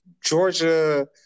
Georgia